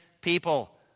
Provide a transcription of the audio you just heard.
people